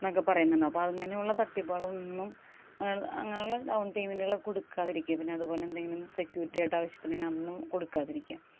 എന്നൊക്കെ പറയുന്നുണ്ടാവും അപ്പം അങ്ങനെയുള്ള തട്ടിപ്പുകളൊന്നും അങ്ങനെ അങ്ങനെയൂള്ള ഡൗൺ പേയ്മെൻറുകൾ ഒക്കെ കൊടുക്കാതിരിക്കുക പിന്നെ അതുപോലെ എന്തെങ്കിലും സെക്യൂരിറ്റി ആയിട്ട് ആവശ്യപ്പെടുവാണെങ്കിൽ അതൊന്നും കൊടുക്കാതിരിക്കുക